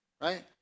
right